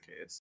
case